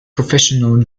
professional